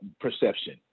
perception